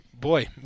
boy